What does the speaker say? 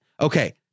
Okay